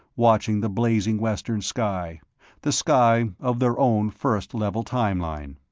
watching the blazing western sky the sky of their own first level time-line.